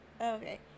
Okay